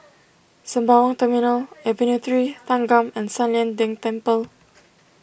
Sembawang Terminal Avenue three Thanggam and San Lian Deng Temple